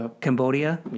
Cambodia